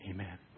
Amen